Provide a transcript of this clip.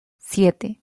siete